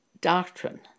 doctrine